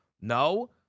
No